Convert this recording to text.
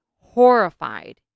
horrified